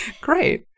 great